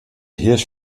hirsch